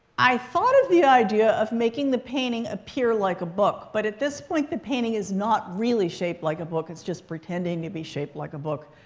i thought of the idea of making the painting appear like a book. but at this point, the painting is not really shaped like a book. it's just pretending to be shaped like a book.